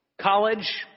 college